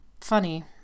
Funny